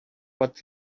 what